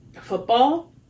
football